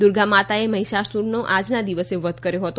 દુર્ગામાતાએ મહિષાસુરનો આજના દિવસે વધ કર્યો હતો